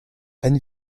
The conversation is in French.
peine